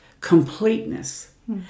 completeness